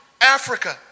Africa